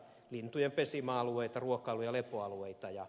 lintujen pesimäalueita ruokailu ja lepoalueita jnp